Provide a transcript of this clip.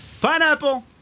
Pineapple